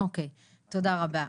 תודה רבה.